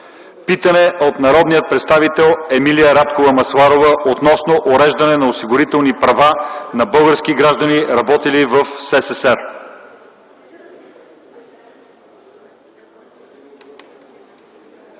Питане от народния представител Емилия Радкова Масларова относно уреждане на осигурителни права на български граждани, работили в СССР.